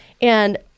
and-